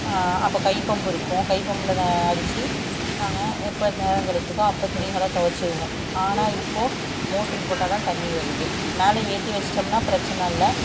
அப்போ கை பம்பு இருக்கும் கை பம்பில் தான் அடித்து நாங்கள் எப்போ நேரம் கிடைக்கிதோ அப்போ துணிகளை துவைச்சிருவோம் ஆனால் இப்போது மோட்ரு போட்டால் தான் தண்ணீர் வருது மேலே ஏற்றி வெச்சிட்டோம்னா பிரச்சனை இல்லை